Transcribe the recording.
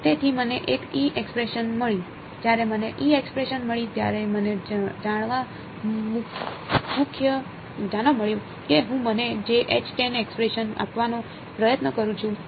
તેથી મને એક એક્સપ્રેસન મળી જ્યારે મને એક્સપ્રેસન મળી ત્યારે મને જાણવા મળ્યું કે હું મને જે એક્સપ્રેસન આપવાનો પ્રયત્ન કરું છું